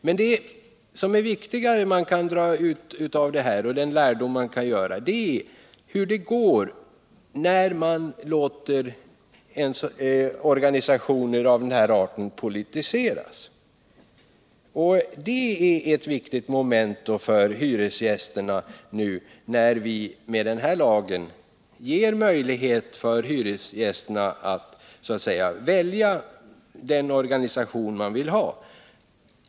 Men viktigare är den lärdom man kan dra av situationen, nämligen hur det går när man låter organisationer av den här arten politiseras. Det är ett väsentligt moment att observera för hyresgästerna nu, när vi med den här lagen ger dem möjlighet att så att säga välja den organisation de vill ha.